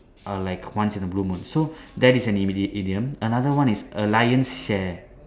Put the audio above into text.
uh like once in a blue moon so that is an im~ idiom another one is a lion's share